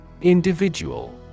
Individual